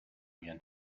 again